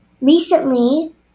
recently